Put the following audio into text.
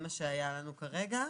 שהיה לנו כרגע.